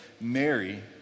Mary